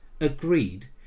agreed